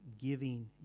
giving